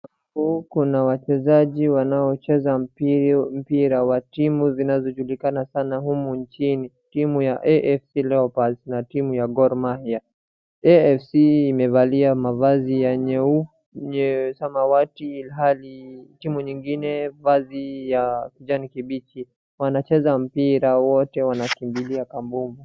Mbele yangu kuna wachezaji wanaocheza mpira wa timu zinazojulikana sana humu nchini, timu ya AFC Leopards na timu ya Gor Mahia. AFC imevalia mavazi ya samawati ilhali timu nyingine vazi ya kijani kibichi, wanacheza mpira wote wanakimbilia kambumbu.